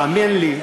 האמן לי,